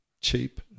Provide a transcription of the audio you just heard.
cheap